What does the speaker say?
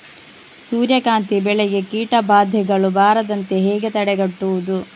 ಸೂರ್ಯಕಾಂತಿ ಬೆಳೆಗೆ ಕೀಟಬಾಧೆಗಳು ಬಾರದಂತೆ ಹೇಗೆ ತಡೆಗಟ್ಟುವುದು?